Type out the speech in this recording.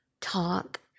talk